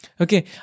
Okay